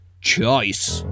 Choice